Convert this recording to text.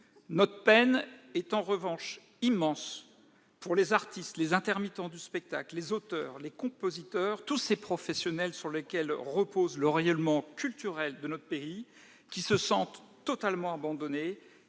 Notre peine est en revanche immense pour les artistes, les intermittents du spectacle, les auteurs, les compositeurs, tous ces professionnels sur lesquels repose le rayonnement culturel de notre pays, qui se sentent totalement abandonnés,